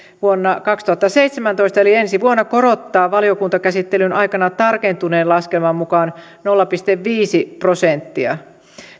vuonna kaksituhattaseitsemäntoista eli ensi vuonna korottaa valiokuntakäsittelyn aikana tarkentuneen laskelman mukaan nolla pilkku viisi prosenttia